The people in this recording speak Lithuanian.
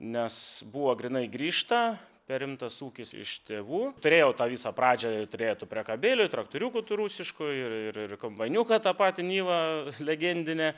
nes buvo grynai grįžta perimtas ūkis iš tėvų turėjau tą visą pradžią turėjau tų priekabėlių ir traktoriukų rusiškų ir ir ir kombainiuką tą patį nivą legendinę